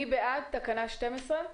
מי בעד תקנה 12?